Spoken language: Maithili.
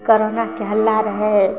कोरोनाके हल्ला रहय